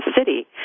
city